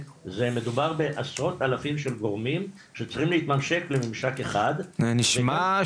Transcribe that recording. זה מדובר בעשרות אלפים של גורמים שצריכים להתממשק לממשק אחד נשמע,